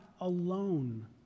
alone